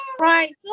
Right